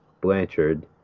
Blanchard